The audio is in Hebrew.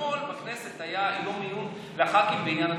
אתמול בכנסת היה יום עיון לח"כים בעניין התקציב,